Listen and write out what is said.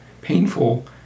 painful